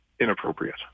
inappropriate